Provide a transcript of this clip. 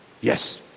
Yes